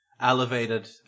elevated